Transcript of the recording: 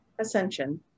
ascension